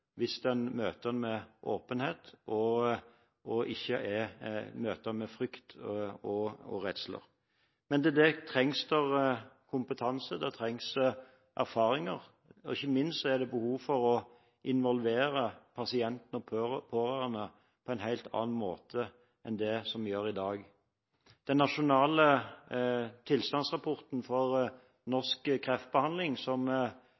hvis en møter den med åpenhet og ikke med frykt og redsel. Til dette trengs kompetanse og erfaringer. Ikke minst er det behov for å involvere pasienten og pårørende på en helt annen måte enn det vi gjør i dag. Den nasjonale tilstandsrapporten for norsk kreftbehandling, som